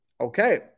Okay